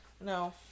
No